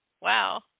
Wow